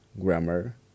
grammar